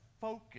focus